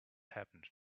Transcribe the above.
happened